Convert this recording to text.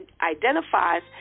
identifies